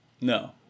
No